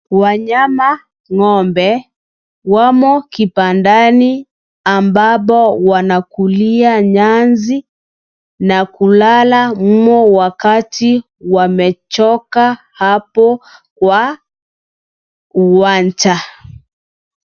Wanyama ng'ombe, wamo kibandani ambapo wanakulia nyasi, na kulala humo ambapo wamechoka kwa uwanja.